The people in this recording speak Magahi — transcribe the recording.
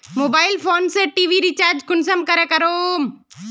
मोबाईल फोन से टी.वी रिचार्ज कुंसम करे करूम?